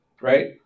right